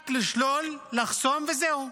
רק לשלול, לחסום וזהו.